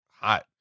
hot